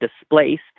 displaced